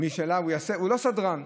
הוא לא סדרן.